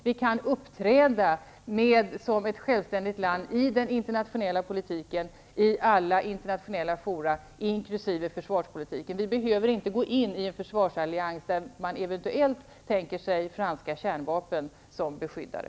Vi kan uppträda mer som ett självständigt land i den internationella politiken i alla internationella fora, inkl. försvarspolitiken. Vi behöver inte gå in i en försvarsallians där eventuellt franska kärnvapen är tänkta som beskyddare.